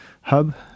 hub